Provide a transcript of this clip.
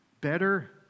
better